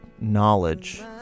knowledge